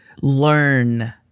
learn